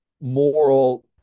moral